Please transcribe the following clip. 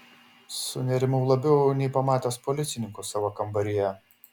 sunerimau labiau nei pamatęs policininkus savo kambaryje